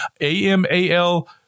A-M-A-L